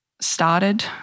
started